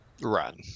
Run